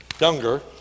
younger